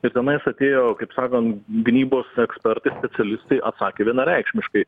ir tenais atėjo kaip sakont gynybos ekspertai specialistai atsakė vienareikšmiškai